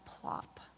plop